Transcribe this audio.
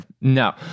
No